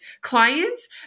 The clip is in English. clients